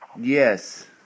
Yes